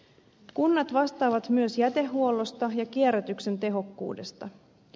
kunnat vastaavat myös jätehuollosta ja kierrätyksen tehokkuudesta